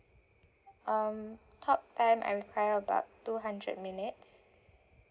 um talk time I require about two hundred minutes